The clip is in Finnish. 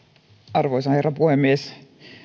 arvoisa herra puhemies